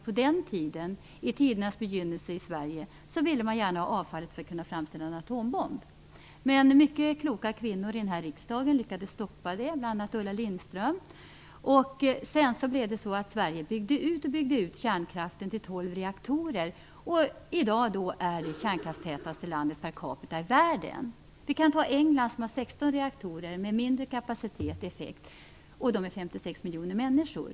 På den tiden, i tidernas begynnelse i Sverige, ville man gärna ha avfallet för att kunna framställa en atombomb. Men mycket kloka kvinnor i riksdagen lyckades stoppa det, bl.a. Ulla Lindström. Sedan byggde Sverige ut kärnkraften till tolv reaktorer. I dag är vi det kärnkraftstätaste landet per capita i världen. I England har man 16 reaktorer med mindre kapacitet och effekt, och där finns det 56 miljoner människor.